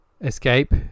escape